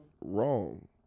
wrong